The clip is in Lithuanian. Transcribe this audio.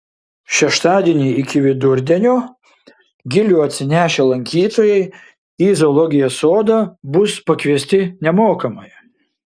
šeštadienį iki vidurdienio gilių atsinešę lankytojai į zoologijos sodą bus pakviesti nemokamai